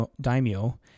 daimyo